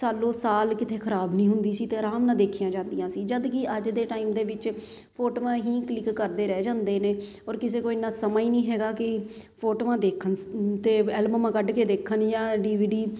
ਸਾਲੋ ਸਾਲ ਕਿੱਥੇ ਖਰਾਬ ਨਹੀਂ ਹੁੰਦੀ ਸੀ ਅਤੇ ਆਰਾਮ ਨਾਲ ਦੇਖੀਆ ਜਾਂਦੀਆਂ ਸੀ ਜਦ ਕਿ ਅੱਜ ਦੇ ਟਾਈਮ ਦੇ ਵਿੱਚ ਫੋਟੋਆਂ ਹੀ ਕਲਿੱਕ ਕਰਦੇ ਰਹਿ ਜਾਂਦੇ ਨੇ ਔਰ ਕਿਸੇ ਕੋਲ ਇੰਨਾਂ ਸਮਾਂ ਹੀ ਨਹੀਂ ਹੈਗਾ ਕਿ ਫੋਟੋਆਂ ਦੇਖਣ ਅਤੇ ਐਲਬਮ ਕੱਢ ਕੇ ਦੇਖਣ ਜਾਂ ਡੀਵੀਡੀ